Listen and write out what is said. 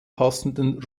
passenden